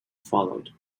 followed